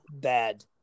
bad